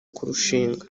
kurushinga